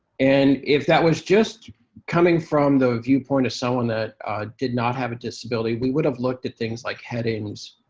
and if that was just coming from the viewpoint of someone that did not have a disability, we would have looked at things like headings,